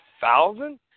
thousand